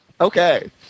Okay